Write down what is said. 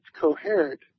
coherent